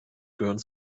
gehören